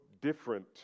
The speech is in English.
Different